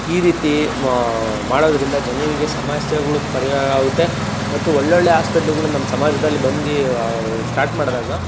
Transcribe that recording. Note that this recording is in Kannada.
ಈ ರೀತಿ ಮಾಡೋದರಿಂದ ಜನಗಳಿಗೆ ಸಮಸ್ಯೆಗಳು ಪರಿಹಾರ ಆಗುತ್ತೆ ಮತ್ತು ಒಳ್ಳೊಳ್ಳೆ ಹಾಸ್ಪೆಟ್ಲುಗಳು ನಮ್ಮ ಸಮಾಜದಲ್ಲಿ ಬಂದು ಅವರು ಸ್ಟಾರ್ಟ್ ಮಾಡಿದಾಗ